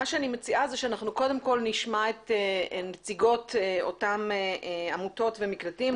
מה שאני מציעה זה שאנחנו קודם כל נשמע את נציגות אותם עמותות ומקלטים,